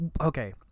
Okay